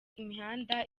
imihanda